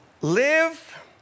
live